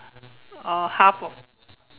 oh half of